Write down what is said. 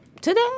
today